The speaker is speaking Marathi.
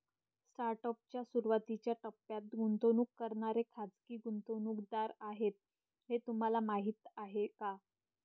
स्टार्टअप च्या सुरुवातीच्या टप्प्यात गुंतवणूक करणारे खाजगी गुंतवणूकदार आहेत हे तुम्हाला माहीत आहे का?